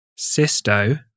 Cysto